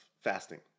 fasting